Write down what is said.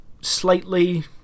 slightly